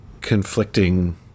conflicting